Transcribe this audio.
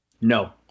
No